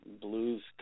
blues